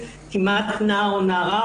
נערים ונערות